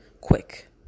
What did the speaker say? quick